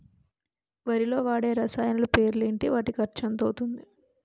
వరిలో వాడే రసాయనాలు పేర్లు ఏంటి? వాటి ఖర్చు ఎంత అవతుంది?